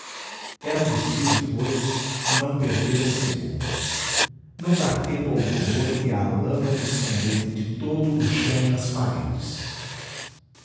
era preciso pois não perder um segundo não dar tempo ao bolor e à lama de esconderem de todo o chão e as paredes